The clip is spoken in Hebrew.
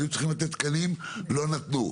היו צריכים לתת תקנים, לא נתנו.